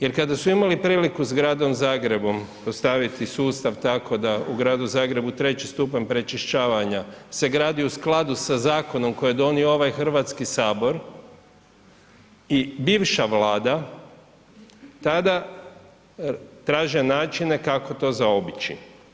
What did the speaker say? Jer kada su imali priliku s gradom Zagrebom postaviti sustav tako da u gradu Zagrebu treći stupanj pročišćavanja se gradi u skladu sa zakonom koji je donio ovaj Hrvatski sabor i bivša Vlada, tada traže načine kako to zaobići.